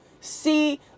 see